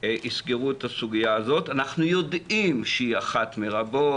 יסגרנו את הסוגיה הזאת אנחנו יודעים שהיא אחת מרבות,